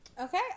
Okay